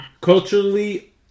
culturally